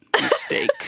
mistake